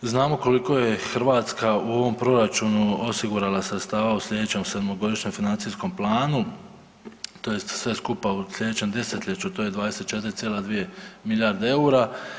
Znamo koliko je Hrvatska u ovom proračunu osigurala sredstava u sljedećem 7-godišnjem financijskom planu, tj. sve skupa u sljedećem desetljeću, to je 24,2 milijarde eura.